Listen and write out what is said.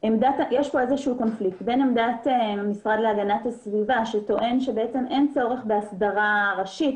פה קונפליקט בין עמדת המשרד להגנת הסביבה שטוען שאין צורך בהסדרה ראשית,